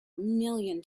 million